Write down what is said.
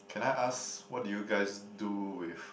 can I ask what do you guys do with